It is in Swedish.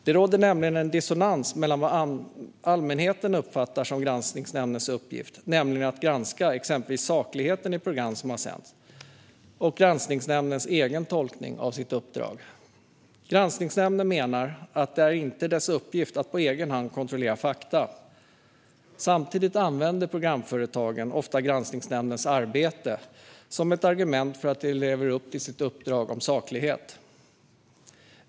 Det råder en dissonans mellan vad allmänheten uppfattar som granskningsnämndens uppgift, nämligen att granska exempelvis sakligheten i program som har sänts, och granskningsnämndens egen tolkning av sitt uppdrag. Granskningsnämnden menar att det inte är dess uppgift att på egen hand kontrollera fakta. Samtidigt använder programföretagen ofta granskningsnämndens arbete som ett argument för att de lever upp till sitt uppdrag om saklighet.